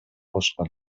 кылышкан